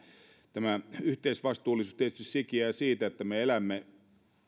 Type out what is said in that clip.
tämä yhteisvastuullisuus tietysti sikiää siitä että me elämme